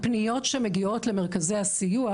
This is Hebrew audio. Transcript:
הפניות שמגיעות למרכזי הסיוע,